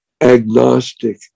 agnostic